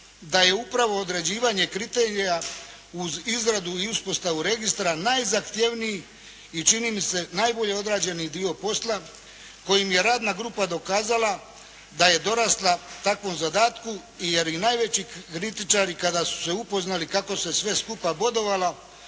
da je upravo određivanje kriterija uz izradu i uspostavu registra najzahtjevniji i čini mi se najbolje odrađeni dio posla kojim je radna grupa dokazala da je dorasla takvom zadatku. Jer i najveći kritičari kada su se upoznali kako se sve skupa bodovalo